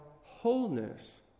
wholeness